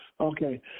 Okay